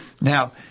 Now